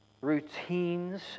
routines